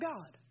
God